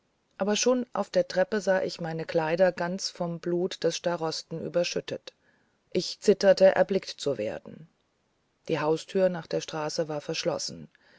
aber schon auf der treppe sah ich meine kleider ganz vom blut des starosten überschüttet ich zitterte erblickt zu werden die haustür nach der straße war verschlossen